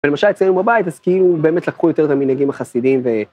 ולמשל אצלנו בבית אז כאילו באמת לקחו יותר את המנהיגים החסידים ו…